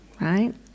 right